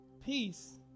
peace